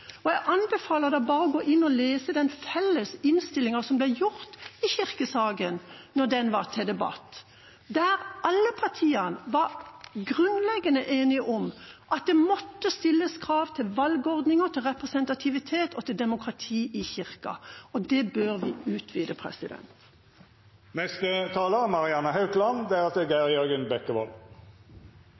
Jeg anbefaler å gå inn og lese den felles innstillinga som ble skrevet da kirkesaken var til debatt, der alle partiene var grunnleggende enige om at det måtte stilles krav til valgordninger, til representativitet og til demokrati i Kirken. Det bør vi utvide.